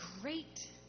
great